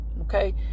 okay